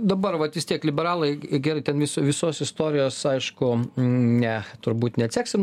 dabar vat vis tiek liberalai gerai ten viso visos istorijos aišku ne turbūt neatseksim